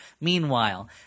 Meanwhile